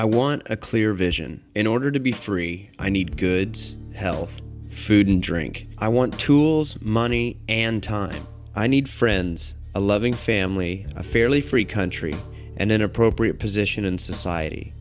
i want a clear vision in order to be three i need good healthy food and drink i want to money and time i need friends a loving family a fairly free country and an appropriate position in society